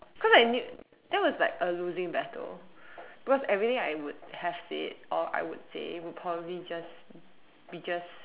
cause I knew that was like a loosing battle because everything I would have said or I would say would probably just be just